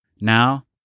Now